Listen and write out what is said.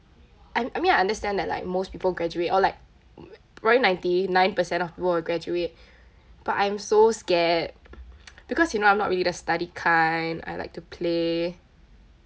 I I mean I understand that like most people graduate or like probably ninety nine percent of people will graduate but I'm so scared because you know I'm not really the study kind I like to play